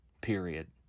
period